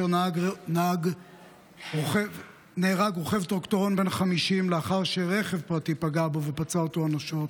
נהרג רוכב טרקטורון בן 50. רכב פרטי פגע בו ופצע אותו אנושות,